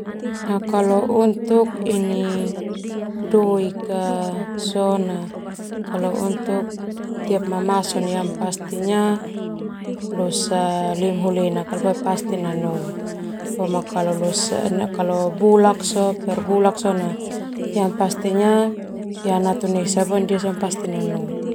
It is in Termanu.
Doik ka sona kalau untuk tiap mamason losa lima hulu lenak kala boe pasti nanu boma perbulak sona yang pastinya ya natun esa boe nanu.